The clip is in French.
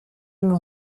m’en